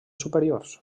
superiors